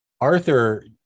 Arthur